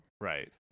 Right